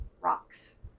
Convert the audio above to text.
rocks